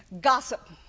Gossip